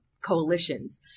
coalitions